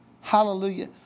Hallelujah